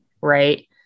Right